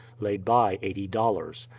laid by eighty dollars.